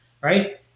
right